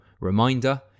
reminder